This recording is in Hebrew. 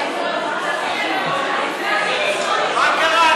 אבל לך יש מיקרופון, אדוני, מה?